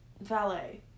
valet